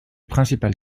principal